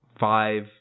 Five